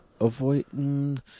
avoiding